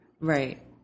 Right